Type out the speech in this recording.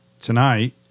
tonight